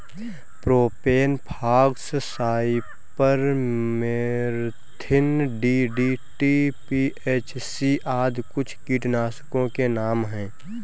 propane fox, cypermethrin, DDT, BHC आदि कुछ कीटनाशकों के नाम हैं